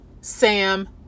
Sam